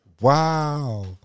wow